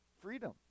freedom